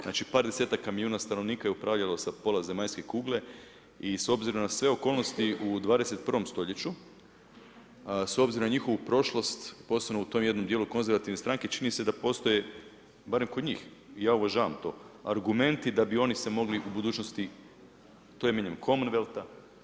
Znači par desetaka milijuna stanovnika je upravljalo sa pola zemaljske kugle i s obzirom na sve okolnosti u 21. stoljeću, s obzirom na njihovu prošlost, posebno u tom jednom dijelu konzervativne stranke čini se da postoje, barem kod njih i ja uvažavam to, argumenti da bi oni se mogli u budućnosti, to je minimum Commonwealtha.